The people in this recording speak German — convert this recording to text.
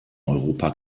europa